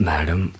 Madam